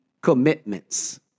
commitments